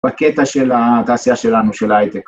בקטע של התעשייה שלנו, של ההייטק.